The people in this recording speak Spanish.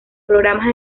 programas